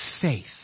faith